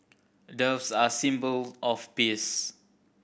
doves are symbol of peace